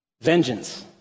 Vengeance